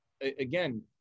again